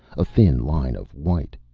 a thin line of white.